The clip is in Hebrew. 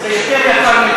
ליצן.